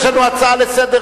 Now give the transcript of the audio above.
יש לנו הצעה מלאה לסדר-יום,